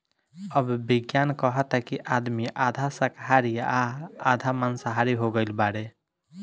अब विज्ञान कहता कि आदमी आधा शाकाहारी आ आधा माँसाहारी हो गईल बाड़े